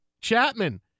Chapman